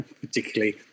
particularly